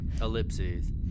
Ellipses